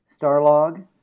Starlog